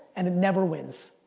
and it never wins.